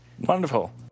Wonderful